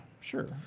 sure